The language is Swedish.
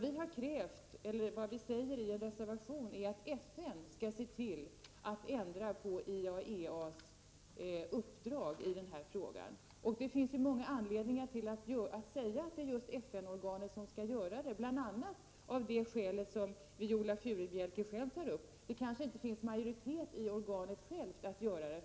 I reservationen säger vi att FN skall ändra på IAEA:s uppdrag i denna fråga. Det finns många skäl till detta, bl.a. det som Viola Furubjelke tar upp. Det kanske inte finns majoritet i organet självt att göra det.